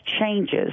changes